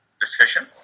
discussion